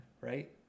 right